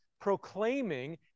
proclaiming